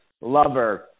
lover